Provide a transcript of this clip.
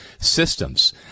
systems